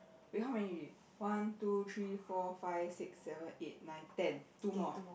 wait how many already one two three four five six seven eight nine ten two more